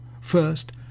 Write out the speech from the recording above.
First